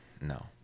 No